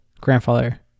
grandfather